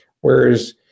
Whereas